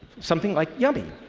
something like yummy,